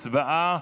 הצבעה,